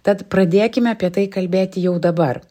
tad pradėkime apie tai kalbėti jau dabar